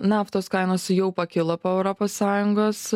naftos kainos jau pakilo po europos sąjungos